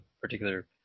particular